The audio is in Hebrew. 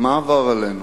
מה עבר עלינו?